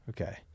okay